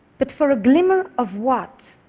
but for a glimmer of what?